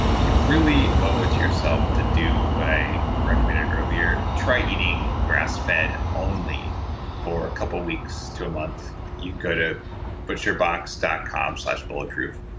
you really owe it to yourself to do what i recommended earlier. try eating grass-fed only for a couple weeks to a month. you can go to butcherbox dot com slash bulletproof,